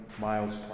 miles